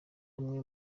amwe